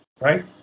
right